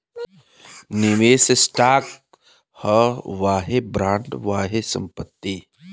निवेस स्टॉक ह वाहे बॉन्ड, वाहे संपत्ति